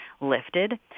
lifted